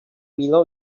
below